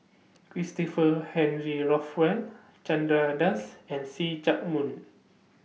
Christopher Henry Rothwell Chandra Das and See Chak Mun